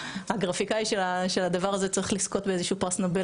הגרפיקאי של הדבר הזה צריך לזכות בפרס נובל